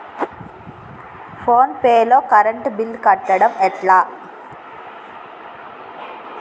Phone pay లో current bill కట్టడం ఎట్లా?